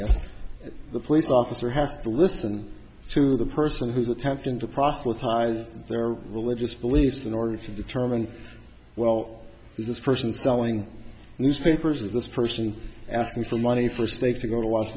value the police officer has to listen to the person who's attempting to proselytize their religious beliefs in order to determine well this person selling newspapers is this person asking for money for states to go to las